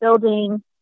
building